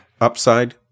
upside